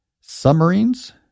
submarines